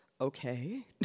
Okay